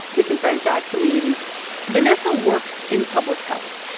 disenfranchised communities vanessa works in public health,